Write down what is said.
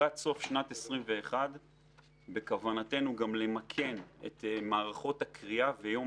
לקראת סוף שנת 2021 בכוונתנו למכן את מערכות הקריאה ויום